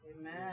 Amen